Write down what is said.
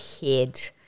head